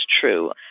true